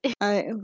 I-